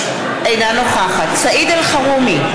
אינה נוכחת סעיד אלחרומי,